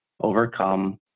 overcome